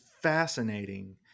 fascinating